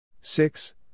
Six